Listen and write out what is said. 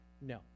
no